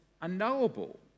unknowable